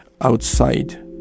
outside